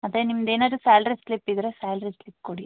ಮತ್ತು ನಿಮ್ಮದೇನಾದ್ರೂ salary slip ಇದ್ದರೆ ಸ್ಯಾಲ್ರಿ ಸ್ಲಿಪ್ ಕೊಡಿ